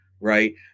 Right